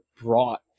brought